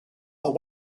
are